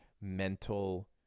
mental